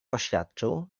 oświadczył